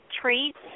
treats